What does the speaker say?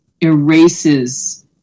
erases